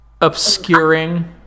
obscuring